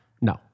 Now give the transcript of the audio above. no